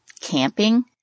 Camping